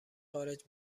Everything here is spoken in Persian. خارج